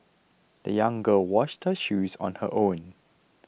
the young girl washed her shoes on her own